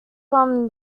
from